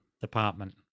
department